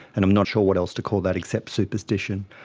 and i'm not sure what else to call that except superstition.